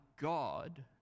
God